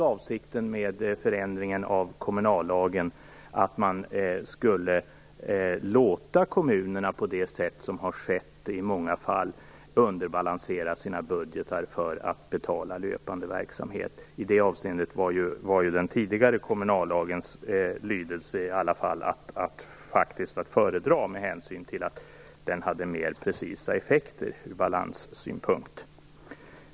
Avsikten med förändringen av kommunallagen var ju aldrig att man skulle låta kommunerna underbalansera sina budgetar på det sätt som har skett i många fall för att betala löpande verksamhet. I det avseendet var den tidigare kommunallagens lydelse faktiskt att föredra med hänsyn till att den hade mer precisa effekter ur balanssynpunkt.